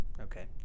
Okay